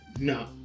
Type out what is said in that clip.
No